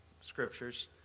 scriptures